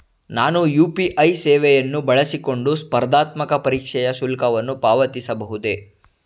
ನಾನು ಯು.ಪಿ.ಐ ಸೇವೆಯನ್ನು ಬಳಸಿಕೊಂಡು ಸ್ಪರ್ಧಾತ್ಮಕ ಪರೀಕ್ಷೆಯ ಶುಲ್ಕವನ್ನು ಪಾವತಿಸಬಹುದೇ?